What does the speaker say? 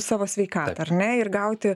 savo sveikatą ar ne ir gauti